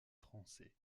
français